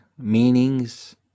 meanings